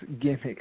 gimmicks